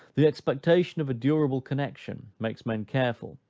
the expectation of a durable connection makes men careful,